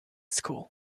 school